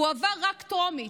הוא עבר רק טרומית.